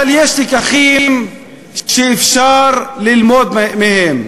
אבל יש לקחים שאפשר ללמוד ממנה.